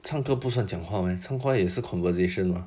唱歌不算讲话 meh 唱歌也是 conversation mah